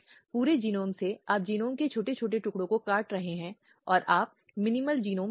और इसलिए हिंसा के इन विभिन्न रूपों के प्रकाश में जो कि स्थायी है विशिष्ट विधानों का एक पूरा सेट है जो समय समय पर अधिनियमित किए गए हैं